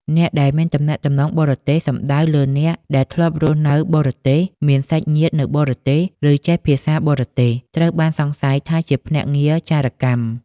អ្នកដែលមានទំនាក់ទំនងបរទេស សំដៅលើអ្នកដែលធ្លាប់រស់នៅបរទេស មានសាច់ញាតិនៅបរទេស ឬចេះភាសាបរទេស ត្រូវបានសង្ស័យថាជាភ្នាក់ងារចារកម្ម។